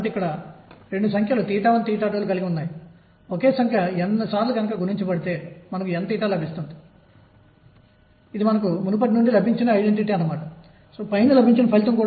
కాబట్టి ఇప్పుడు amplitude A లాంటిది 12kA2ఇది 12m22A2 ఇది మొత్తం శక్తికి సమానం